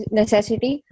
necessity